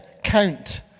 count